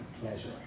pleasure